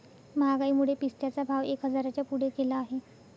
महागाईमुळे पिस्त्याचा भाव एक हजाराच्या पुढे गेला आहे